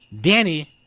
Danny